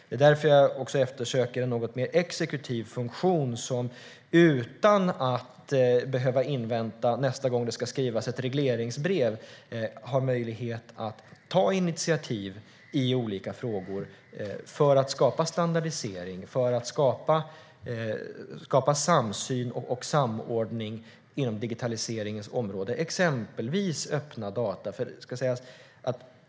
Det är därför jag eftersöker en något mer exekutiv funktion så att man utan att behöva invänta nästa gång det ska skrivas ett regleringsbrev har möjlighet att ta initiativ i olika frågor för att skapa standardisering, samsyn och samordning inom digitaliseringens område. Det gäller exempelvis öppna data.